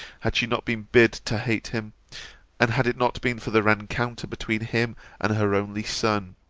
had she not been bid to hate him and had it not been for the rencounter between him and her only son.